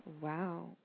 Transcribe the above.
wow